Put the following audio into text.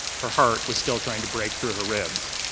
her heart was still trying to break through her ribs.